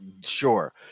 sure